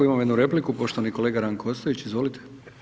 Imamo jednu repliku, poštovani kolega Ranko Ostojić, izvolite.